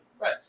right